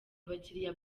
abakiriya